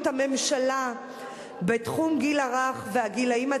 הממשלה בתחום גיל הרך והגילאים הצעירים,